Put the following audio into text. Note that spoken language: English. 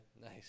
nice